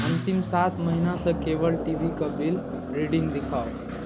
अन्तिम सात महिनासँ केबल टी वी कऽ बिल रीडिङ्ग देखाउ